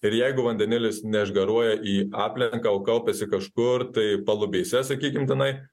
ir jeigu vandenilis neišgaruoja į aplinką o kaupiasi kažkur tai palubėse sakykim tenai